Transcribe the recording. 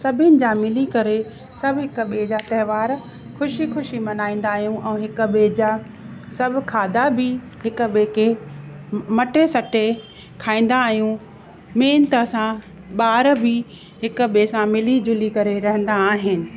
सभिनि जा मिली करे सभु हिक ॿिए जा तहिवार ख़ुशी ख़ुशी मनाईंदा आहियूं ऐं हिक ॿिए जा सभु खाधा बि हिक ॿिए खे मटे सटे खाईंदा आहियूं मेन त असां ॿार बि हिक ॿिए सां मिली जुली करे रहंदा आहिनि